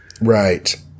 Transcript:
Right